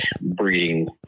breeding